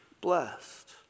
blessed